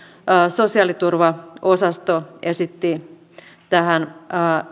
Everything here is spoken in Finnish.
sosiaaliturvaosasto esitti tähän